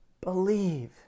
believe